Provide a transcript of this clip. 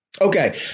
Okay